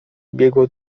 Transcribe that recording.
biegło